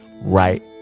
right